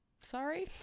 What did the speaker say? Sorry